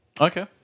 Okay